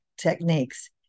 techniques